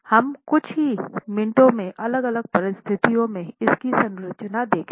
हम कुछ ही मिनटों में अलग अलग परिस्थितियों में इसकी संरचना देखेंगे